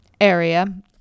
area